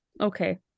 Okay